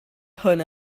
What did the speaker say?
hwn